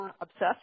obsessed